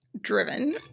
driven